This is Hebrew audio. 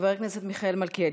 חבר הכנסת מיכאל מלכיאלי,